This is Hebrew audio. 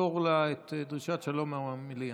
מסור לה דרישת שלום מהמליאה.